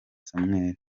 samuel